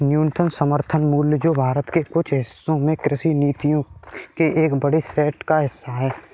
न्यूनतम समर्थन मूल्य जो भारत के कुछ हिस्सों में कृषि नीतियों के एक बड़े सेट का हिस्सा है